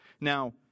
Now